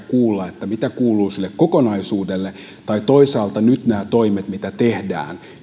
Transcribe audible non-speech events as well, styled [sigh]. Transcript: [unintelligible] kuulla mitä kuuluu sille kokonaisuudelle tai toisaalta onko pohdittu näiden toimien mitä tehdään